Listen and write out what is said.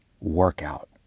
workout